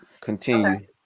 Continue